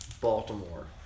Baltimore